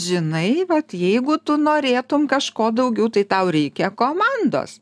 žinai vat jeigu tu norėtum kažko daugiau tai tau reikia komandos